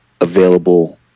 available